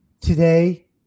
today